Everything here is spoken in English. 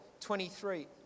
23